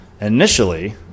initially